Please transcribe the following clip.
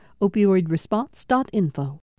Opioidresponse.info